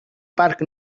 parc